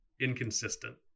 inconsistent